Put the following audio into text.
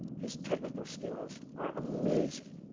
his technical skills are amazing.